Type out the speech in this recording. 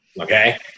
Okay